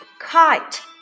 kite